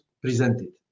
presented